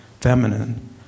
feminine